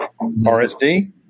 RSD